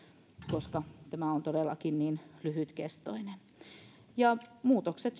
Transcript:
koska tämä on todellakin niin lyhytkestoinen muutokset